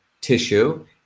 tissue